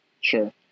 Sure